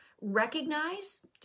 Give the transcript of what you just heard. recognize